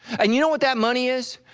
and you know what that money is?